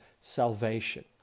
salvation